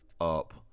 up